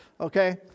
okay